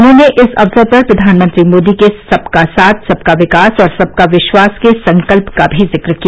उन्होंने इस अवसर पर प्रधानमंत्री मोदी के सबका साथ सबका विकास और सबका विश्वास के संकल्प का भी जिक्र किया